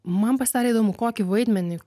man pasidarė įdomu kokį vaidmenį